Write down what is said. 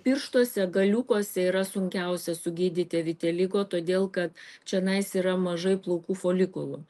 pirštuose galiukuose yra sunkiausia sugydyti vitiligo todėl kad čionais yra mažai plaukų folikulų